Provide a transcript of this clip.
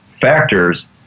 factors